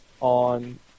on